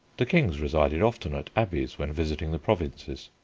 the kings resided often at abbeys when visiting the provinces.